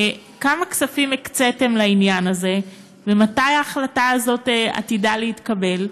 כמה כספים הקציתם לעניין הזה ומתי ההחלטה הזאת עתידה להתקבל?